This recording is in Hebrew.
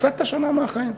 הפסדת שנה מהחיים.